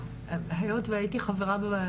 היות והייתי חברה ב-,